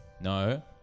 No